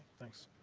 thanks.